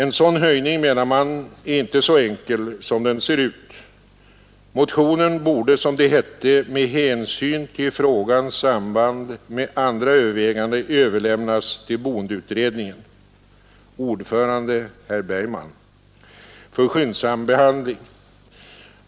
En sådan höjning, menade man, är inte så enkel som den ser ut. Motionen borde, som det hette, ”med hänsyn till frågans samband med andra överväganden” överlämnas till boendeutredningen — ordförande är herr Bergman — för skyndsam behandling.